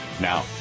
Now